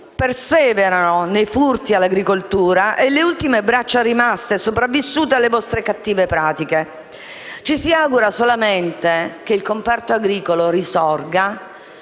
perseverano a derubare le ultime braccia rimaste e sopravvissute alle vostre cattive pratiche. Ci si augura solamente che il comparto agricolo risorga,